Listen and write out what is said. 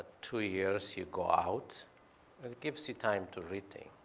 two years, you go out, and it gives you time to rethink.